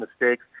mistakes